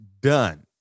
done